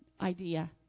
idea